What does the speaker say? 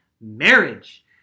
marriage